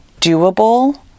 doable